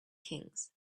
kings